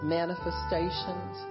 manifestations